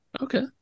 okay